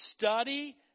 Study